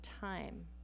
time